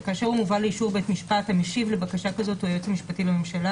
וכאשר הוא מובא לאישור בית-משפט המשיב לבקשה כזאת היועץ המשפטי לממשלה